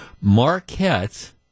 Marquette